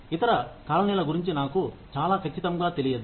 ఇతర కాలనీల గురించి నాకు చాలా ఖచ్చితంగా తెలియదు